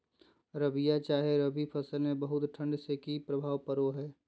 रबिया चाहे रवि फसल में बहुत ठंडी से की प्रभाव पड़ो है?